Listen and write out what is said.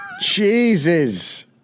Jesus